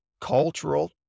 cultural